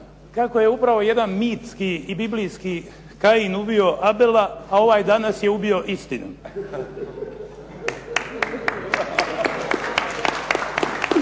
kako je upravo jedan mitski i biblijski Kajin ubio Abela, a ovaj danas je ubio istinu.